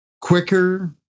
quicker